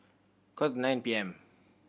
quarter nine P M